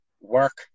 work